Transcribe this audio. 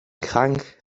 krank